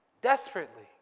Desperately